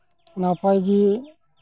ᱱᱟᱯᱟᱭ ᱜᱮ